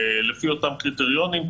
לפי אותם קריטריונים,